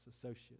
associates